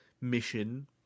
mission